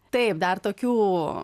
taip dar tokių